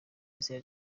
izina